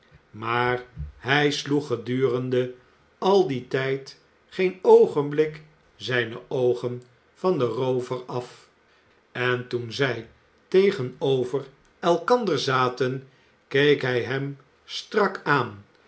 maar hij sloeg gedurende al dien tijd geen oogenblik zijne oogen van den roover af en toen zij tegenover elkander zaten keek hij hem strak aan